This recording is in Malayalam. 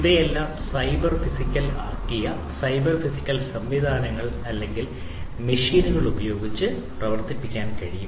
ഇവയെല്ലാം സൈബർ ഫിസിക്കൽ ആക്കിയ സൈബർ ഫിസിക്കൽ സംവിധാനങ്ങൾ അല്ലെങ്കിൽ മെഷീനുകൾ ഉപയോഗിച്ച് പ്രവർത്തിപ്പിക്കാൻ കഴിയും